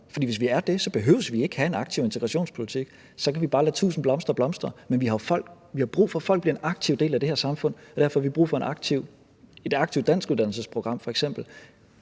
hvis vi er det, behøver vi ikke at have en aktiv integrationspolitik, så kan vi bare lade tusind blomster blomstre. Men vi har brug for, at folk bliver en aktiv del af det her samfund, og derfor har vi brug for et aktivt danskuddannelsesprogram